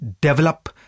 develop